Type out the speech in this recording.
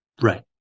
Right